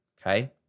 okay